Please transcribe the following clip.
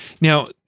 Now